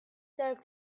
that